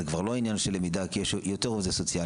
זה כבר לא עניין של למידה כי יש יותר עובדים סוציאליים,